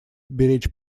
беречь